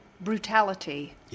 brutality